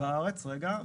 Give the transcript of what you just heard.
רגע.